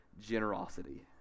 generosity